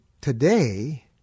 today